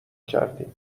کردیم